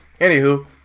Anywho